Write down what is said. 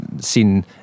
seen